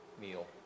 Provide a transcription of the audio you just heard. meal